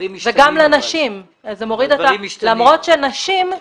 וגם לנשים למרות שנשים,